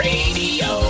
Radio